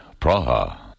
Praha